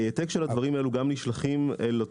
העתק של הדברים האלה נשלח גם אל הנבדק.